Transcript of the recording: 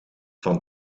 van